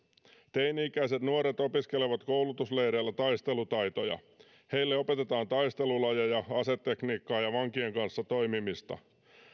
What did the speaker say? teini ikäiset nuoret opiskelevat koulutusleireillä taistelutaitoja heille opetetaan taistelulajeja asetekniikkaa ja vankien kanssa toimimista